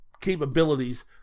capabilities